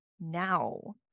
now